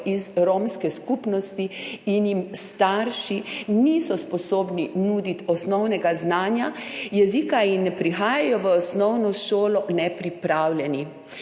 iz romske skupnosti in jim starši niso sposobni nuditi osnovnega znanja jezika in prihajajo v osnovno šolo nepripravljeni.